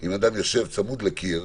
אם אדם יושב צמוד לקיר,